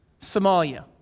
Somalia